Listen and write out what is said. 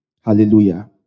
Hallelujah